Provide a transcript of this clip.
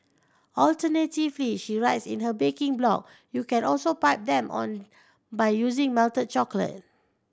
alternatively she writes in her baking blog you can also pipe them on by using melted chocolate